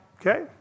okay